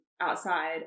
outside